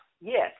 Yes